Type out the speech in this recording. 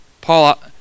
Paul